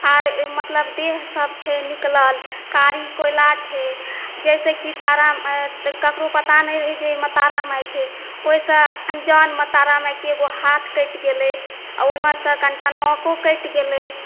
आर मतलब देहसभ छै निकलल कारी कोयला छै जै से की तारा केकरो पता नहि रहै जे एहिमे तारा माय छै ओहिसँ अन्जानमे तारा मायके एगो हाथ कटि गेलै आ ओहिमे सँ कनिटा नाको कटि गेलै